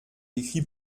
écrit